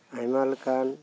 ᱟᱭᱢᱟ ᱞᱮᱠᱟᱱ